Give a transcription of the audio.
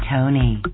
Tony